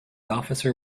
officer